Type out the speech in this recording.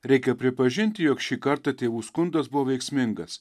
reikia pripažinti jog šį kartą tėvų skundas buvo veiksmingas